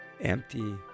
empty